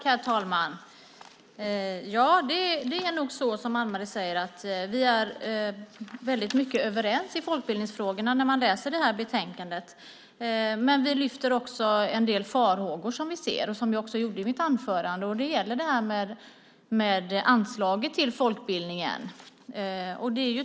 Herr talman! Det är nog som Anne Marie säger att vi är väldigt mycket överens i folkbildningsfrågorna, vilket framgår när man läser betänkandet. Men vi lyfter även fram en del av de farhågor som vi ser, vilket jag också gjorde i mitt anförande. En sådan gäller anslaget till folkbildningen.